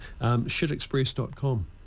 shitexpress.com